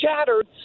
shattered